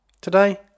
Today